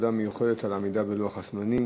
תודה מיוחדת על העמידה בלוח הזמנים,